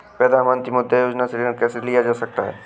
प्रधानमंत्री मुद्रा योजना से ऋण कैसे लिया जा सकता है?